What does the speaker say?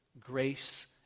grace